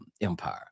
Empire